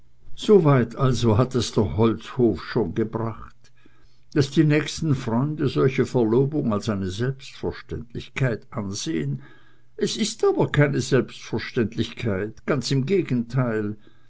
weit also hat es der holzhof schon gebracht daß die nächsten freunde solche verlobung als eine selbstverständlichkeit ansehen es ist aber keine selbstverständlichkeit ganz im gegenteil